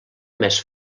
més